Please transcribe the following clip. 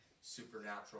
supernatural